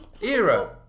era